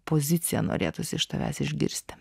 poziciją norėtųsi iš tavęs išgirsti